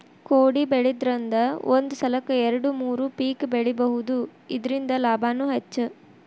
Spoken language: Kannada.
ಕೊಡಿಬೆಳಿದ್ರಂದ ಒಂದ ಸಲಕ್ಕ ಎರ್ಡು ಮೂರು ಪಿಕ್ ಬೆಳಿಬಹುದು ಇರ್ದಿಂದ ಲಾಭಾನು ಹೆಚ್ಚ